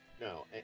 No